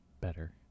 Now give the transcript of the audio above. better